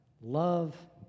Love